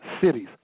cities